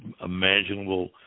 imaginable